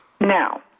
Now